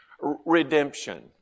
Redemption